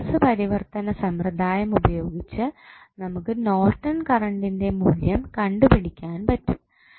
സ്രോതസ്സ് പരിവർത്തന സമ്പ്രദായം ഉപയോഗിച്ച് നമുക്ക് നോർട്ടൺ കറൻറ്ന്റെ മൂല്യം കണ്ടു പിടിക്കാൻ പറ്റും